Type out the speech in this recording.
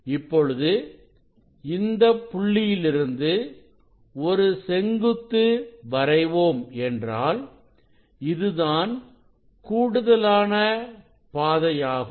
இப்பொழுது இந்த புள்ளியிலிருந்து ஒரு செங்குத்து வரைவோம் என்றால் இதுதான் கூடுதலான பாதையாகும்